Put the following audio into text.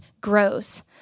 grows